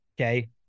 Okay